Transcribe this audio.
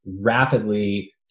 rapidly